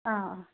ꯑꯥ